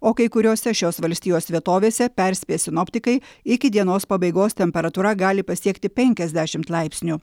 o kai kuriose šios valstijos vietovėse perspėja sinoptikai iki dienos pabaigos temperatūra gali pasiekti penkiasdešimt laipsnių